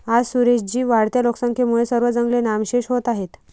आज सुरेश जी, वाढत्या लोकसंख्येमुळे सर्व जंगले नामशेष होत आहेत